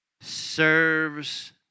serves